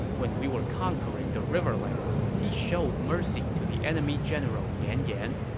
when we were conquering the riverlands, he showed mercy to the enemy general yan yan.